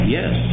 Yes